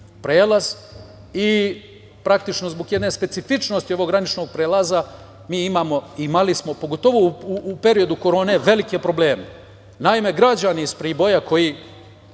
prelaz. Praktično, zbog jedne specifičnosti ovog graničnog prelaza mi imamo, imali smo, pogotovo u periodu korone, velike probleme. Naime, građani iz Priboja koji